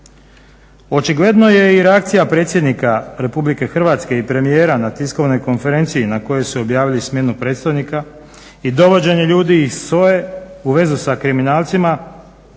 Očigledno je i reakcija predsjednika RH i premijera na tiskovnoj konferenciji na kojoj su objavili smjenu predstojnika i dovođenje ljudi iz SOA-e u vezu sa kriminalcima